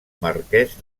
marquès